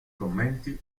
commenti